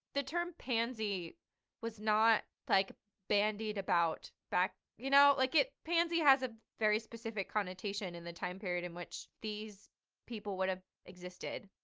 the term pansy was not like bandied about back, you know, like it pansy has a very specific connotation in the time period in which these people would have existed.